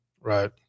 Right